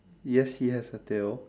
yes he has a tail